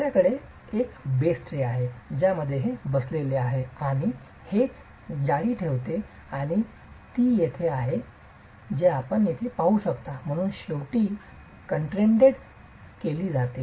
आपल्याकडे एक base tray आहे ज्यामध्ये हे बसलेले आहे आणि हेच जाळी ठेवते आणि ती येथे आहे जे आपण येथे पाहू शकता म्हणून शेवटी कॉन्ट्रेटेड केली जाते